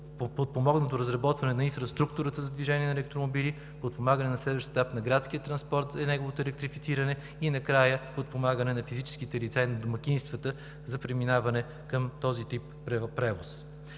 подпомогнато разработването на инфраструктурата за движение на електромобили; на следващ етап подпомагане на градския транспорт и неговото електрифициране; и, накрая, подпомагане на физическите лица и на домакинствата за преминаване към този тип превоз.